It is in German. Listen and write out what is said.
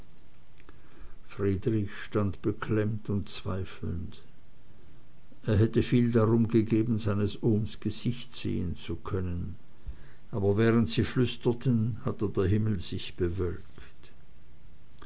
friedrich stand beklemmt und zweifelnd er hätte viel darum gegeben seines ohms gesicht sehen zu können aber während sie flüsterten hatte der himmel sich